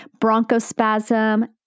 Bronchospasm